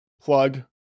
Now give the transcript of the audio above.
plug